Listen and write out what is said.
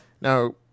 Now